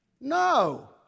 No